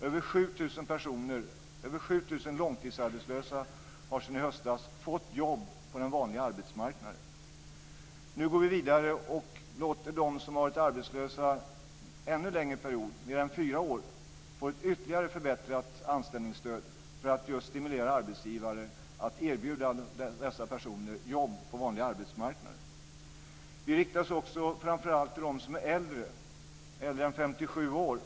Över 7 000 långtidsarbetslösa har sedan i höstas fått jobb på den vanliga arbetsmarknaden. Nu går vi vidare och låter dem som har varit arbetslösa en ännu längre period - mer än fyra år - få ett ytterligare förbättrat anställningsstöd, för att just stimulera arbetsgivare att erbjuda dessa personer jobb på vanliga arbetsmarknaden. Vi riktar oss också framför allt till dem som är äldre - äldre än 57 år.